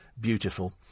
beautiful